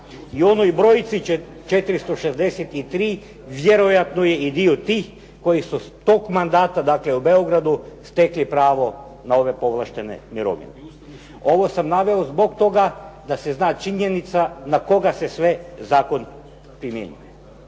I onoj brojci 463 vjerojatno je i dio tih koji su s tog mandata, dakle, u Beogradu stekli pravo na ove povlaštene mirovine. Ovo sam naveo zbog toga da se zna činjenica na koga se sve zakon primjenjuje.